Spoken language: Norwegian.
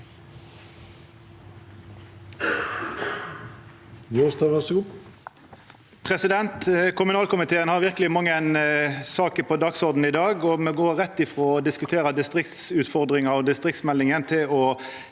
Kommunal- komiteen har verkeleg mange saker på dagsordenen i dag, og me går rett frå å diskutera distriktsutfordringar og distriktsmeldinga til å